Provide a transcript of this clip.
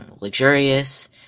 luxurious